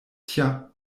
tja